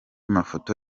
mafoto